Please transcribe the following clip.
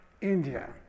India